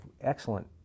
excellent